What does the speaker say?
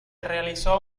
realizó